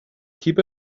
keep